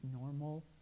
normal